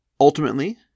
Ultimately